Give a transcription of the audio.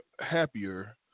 happier